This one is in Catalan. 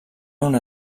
una